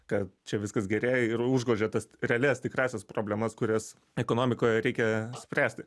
kad čia viskas gerėja ir užgožia tas realias tikrąsias problemas kurias ekonomikoje reikia spręsti